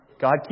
God